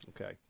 Okay